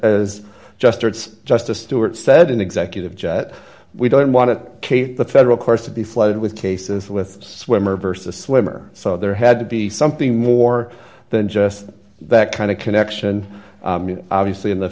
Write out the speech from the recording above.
as just it's just a stuart said an executive jet we don't want it kate the federal courts to be flooded with cases with swimmer versus swimmer so there had to be something more than just that kind of connection obviously in the